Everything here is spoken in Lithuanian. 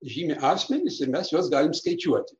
žymi asmenis ir mes juos galim skaičiuoti